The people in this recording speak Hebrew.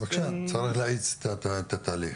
בבקשה, צריך להאיץ את התהליך.